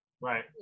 Right